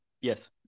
Yes